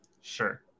Sure